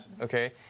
Okay